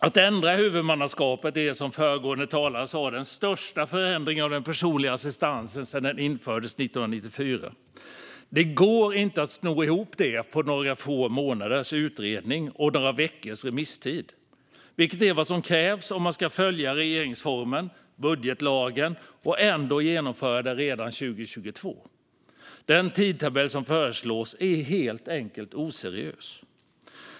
Att ändra huvudmannaskapet är, som föregående talare sa, den största förändringen av den personliga assistansen sedan den infördes 1994. Det går inte att sno ihop det under några få månaders utredning och några veckors remisstid, vilket är vad som krävs om man ska följa regeringsformen och budgetlagen och ändå genomföra detta redan 2022. Den tidtabell som föreslås är helt enkelt oseriös.